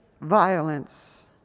violence